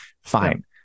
fine